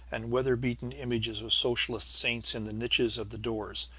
and weather-beaten images of socialist saints in the niches of the doors.